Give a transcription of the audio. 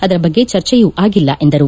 ಅದರ ಬಗ್ಗೆ ಚರ್ಚೆಯೂ ಅಗಿಲ್ಲ ಎಂದರು